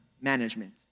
management